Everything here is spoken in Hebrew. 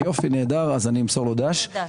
אז אמסור לו ד"ש.